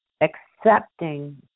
Accepting